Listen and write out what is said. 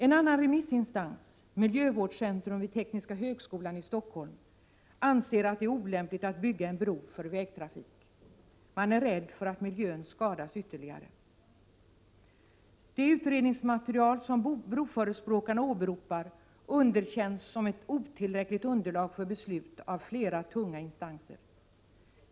En annan remissinstans, miljövårdscentrum vid Tekniska högskolan i Stockholm, anser att det är olämpligt att bygga en bro för vägtrafik. Man är rädd för att miljön skadas ytterligare. Det utredningsmaterial som broförespråkarna åberopar underkänns av flera tunga instanser som otillräckligt för beslut.